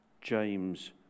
James